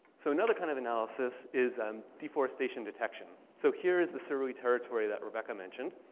so another kind of analysis is um deforestation detection. so here is the surui territory that rebecca mentioned.